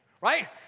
right